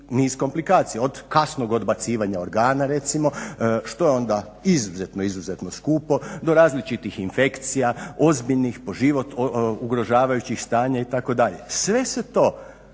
niz komplikacija, od kasnog odbacivanja organa recimo što je onda izuzetno, izuzetno skupo, do različitih infekcija ozbiljnih po život, ugrožavajućih stanja itd. Sve se to